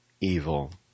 evil